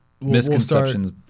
misconceptions